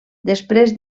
després